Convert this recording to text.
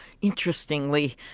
interestingly